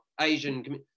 Asian